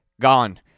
gone